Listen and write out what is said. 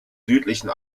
südlichen